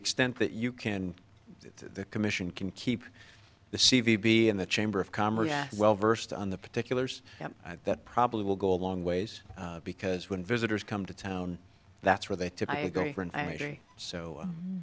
extent that you can the commission can keep the c v be in the chamber of commerce well versed on the particulars that probably will go a long ways because when visitors come to town that's where they